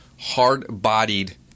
hard-bodied